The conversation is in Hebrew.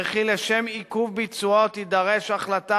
וכי לשם עיכוב ביצועו תידרש החלטה